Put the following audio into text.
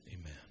Amen